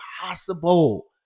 possible